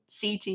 CT